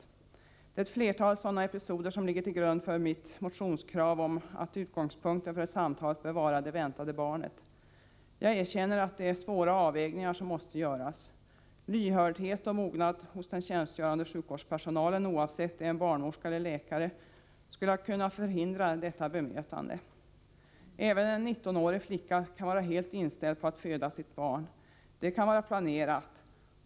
Det är ett flertal sådana episoder som ligger till grund för mitt motionskrav om att utgångspunkten för ett sådant samtal bör vara det väntade barnet. Jag erkänner att det är svåra avvägningar som måste göras, men lyhördhet och mognad hos den tjänstgörande sjukvårdspersonalen, oavsett om det är en barnmorska eller en läkare, skulle kunna förhindra ett sådant bemötande. Även en 19-årig flicka kan vara helt inställd på att föda sitt barn — det kan vara planerat.